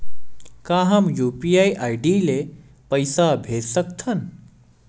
का हम UPI ID ले पईसा भेज सकथन?